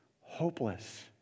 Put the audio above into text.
hopeless